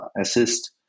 assist